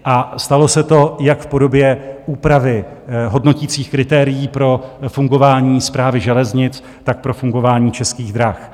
A stalo se to jak v podobě úpravy hodnoticích kritérií pro fungování Správy železnic, tak pro fungování Českých drah.